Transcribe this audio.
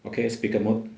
okay speaker mode